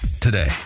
today